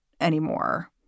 anymore